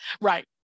right